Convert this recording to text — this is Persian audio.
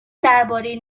درباره